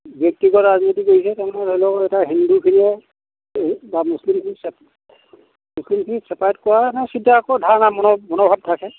ব্যক্তিগত ৰাজনীতি কৰিছে বা মুছলিমখিনিক চেপাৰেট কৰা চিন্তা আকৌ ধাৰণা মনত মনৰ ভাৱ থাকে